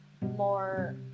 more